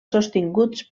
sostinguts